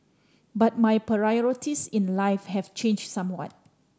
but my priorities in life have changed somewhat